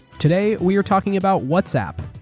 today, we are talking about whatsapp,